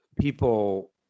people